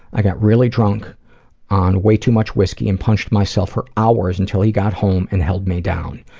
i got really drunk on way too much whiskey and punched myself for hours until he got home and held me down.